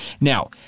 Now